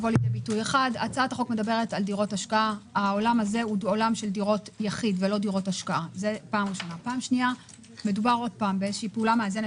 אפוטרופוס שקונה דירה נוספת ואומר שזה לילד - האם הוא מוחרג?